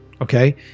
Okay